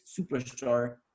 superstar